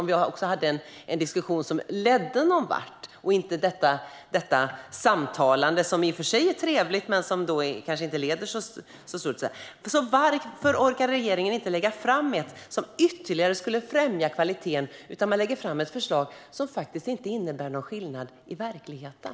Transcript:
Vi kunde ha fört en diskussion som leder någon vart i stället för detta samtalande, som i och för sig är trevligt men som inte kanske leder till något tydligt. Varför orkar inte regeringen lägga fram ett förslag som ytterligare skulle främja kvaliteten? I stället lägger ni fram ett förslag som faktiskt inte innebär någon skillnad i verkligheten.